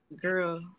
Girl